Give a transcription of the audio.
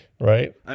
Right